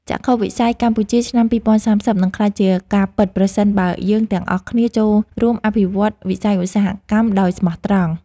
ចក្ខុវិស័យកម្ពុជាឆ្នាំ ២០៣០ នឹងក្លាយជាការពិតប្រសិនបើយើងទាំងអស់គ្នាចូលរួមអភិវឌ្ឍវិស័យឧស្សាហកម្មដោយស្មោះត្រង់។